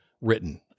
written